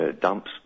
dumps